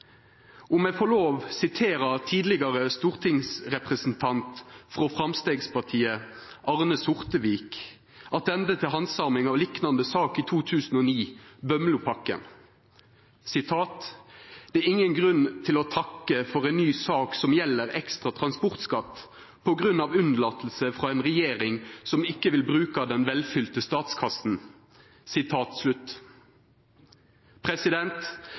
meg få lov til å sitera tidlegare stortingsrepresentant frå Framstegspartiet, Arne Sortevik, attende til handsaminga av ei liknande sak i 2009, Bømlopakken: «Det er ingen grunn til å takke for en ny sak som gjelder ekstra transportskatt – på grunn av unnlatelse fra en regjering som ikke vil bruke av den velfylte statskassen.»